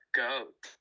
goat